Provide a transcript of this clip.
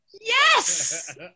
yes